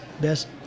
best